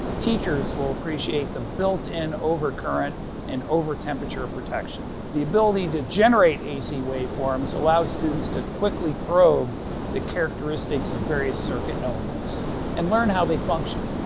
teachers will appreciate the built-in overcurrent and overtemperature protection. the ability to generate ac wave forms allows students to quickly probe the characteristics of various circuit elements and learn how they function.